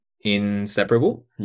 inseparable